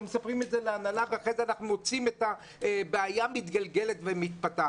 לא מספרים את זה להנהלה ואחר כך אנחנו מוצאים את הבעיה מתגלגלת ומתפתחת.